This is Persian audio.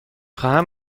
خواهم